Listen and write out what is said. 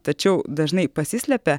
tačiau dažnai pasislepia